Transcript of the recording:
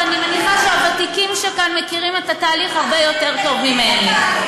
ואני מניחה שהוותיקים כאן מכירים את התהליך הרבה יותר טוב ממני.